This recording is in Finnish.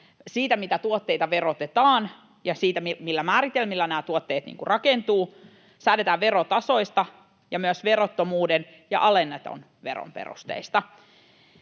siitä, mitä tuotteita verotetaan ja millä määritelmillä nämä tuotteet rakentuvat, säädetään verotasoista ja myös verottomuuden ja alennetun veron perusteista.